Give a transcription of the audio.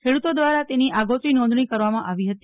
ખેડૂતો દ્વારા તેની આગોતરી નોંધણી કરવામાં આવી હતી